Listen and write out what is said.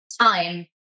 time